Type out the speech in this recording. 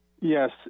Yes